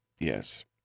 Yes